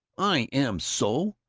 i am so!